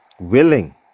willing